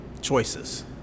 choices